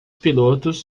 pilotos